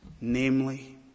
Namely